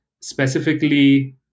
specifically